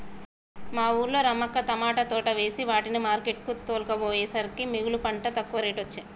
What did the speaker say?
మా వూళ్ళో రమక్క తమాట పంట వేసే వాటిని మార్కెట్ కు తోల్కపోయేసరికే మిగుల పండి తక్కువ రేటొచ్చె